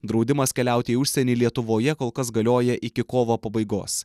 draudimas keliauti į užsienį lietuvoje kol kas galioja iki kovo pabaigos